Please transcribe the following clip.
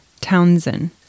Townsend